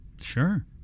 Sure